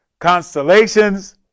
Constellations